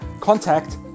contact